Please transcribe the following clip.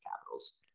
Capitals